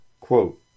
quote